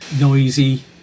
noisy